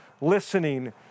listening